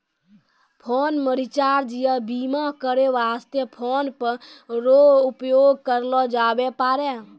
phone मे recharge या बीमा करै वास्ते फोन पे रो उपयोग करलो जाबै पारै